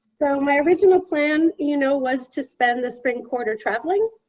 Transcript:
so my original plan you know was to spend the spring quarter traveling.